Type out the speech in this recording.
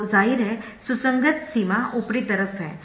तो जाहिर है सुसंगत सीमा ऊपरी तरफ है